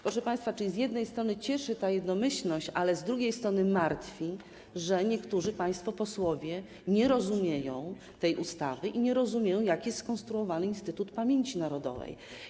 Proszę państwa, z jednej strony cieszy ta jednomyślność, ale z drugiej strony martwi, że niektórzy państwo posłowie nie rozumieją tej ustawy i nie rozumieją, jak jest skonstruowany Instytut Pamięci Narodowej.